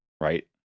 right